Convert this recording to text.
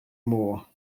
more